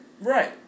Right